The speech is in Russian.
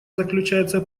заключается